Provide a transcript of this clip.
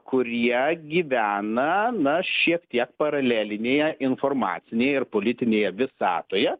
kurie gyvena na šiek tiek paralelinėje informacinėj ir politinėje visatoje